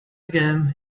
again